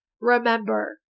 Remember